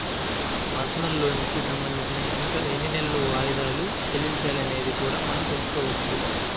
personal లోనుకి సంబంధించి ఇంకా ఎన్ని నెలలు వాయిదాలు చెల్లించాలి అనేది కూడా మనం తెల్సుకోవచ్చు